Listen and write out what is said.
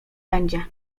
będzie